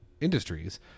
industries